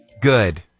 good